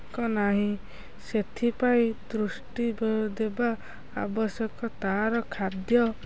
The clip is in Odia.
କି ନାହିଁ ସେଥିପାଇଁ ଦୃଷ୍ଟି ଦେବା ଆବଶ୍ୟକ ତା'ର ଖାଦ୍ୟ